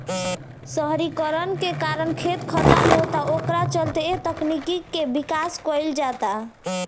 शहरीकरण के कारण खेत खतम होता ओकरे चलते ए तकनीक के विकास कईल जाता